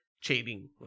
cheating